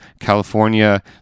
California